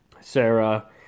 Sarah